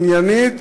עניינית,